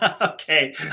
Okay